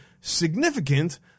significant